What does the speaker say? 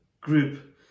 group